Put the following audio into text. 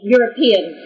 European